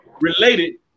related